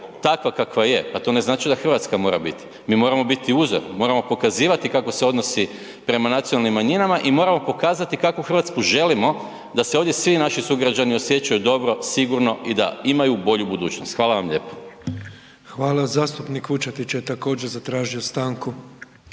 takva kakva je, pa to ne znači da Hrvatska moramo biti. Mi moramo biti uzor, mi moramo pokazivati kako se odnosi prema nacionalnim manjinama i moramo pokazati kakvu Hrvatsku želimo da se ovdje svi naši sugrađani osjećaju dobro, sigurno i da imaju bolju budućnost. Hvala vam lijepo. **Petrov, Božo (MOST)** Hvala. Zastupnik Vučetić je također zatražio stanku.